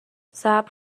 صبر